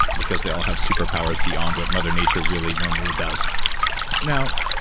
because they all have superpowers beyond what mother nature really normally does now,